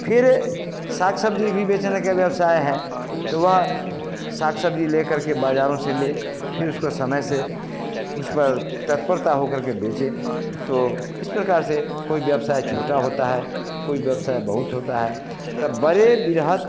फिर साग सब्ज़ी भी बेचने का व्यवसाय है तो वह साग सब्ज़ी ले करके बाज़ारों से लें फिर उसको समय से उस पर तत्परता हो करके बेचें तो इस प्रकार से कोई व्यवसाय छोटा होता है कोई व्यवसाय बहुत होता है तो बड़े विरहद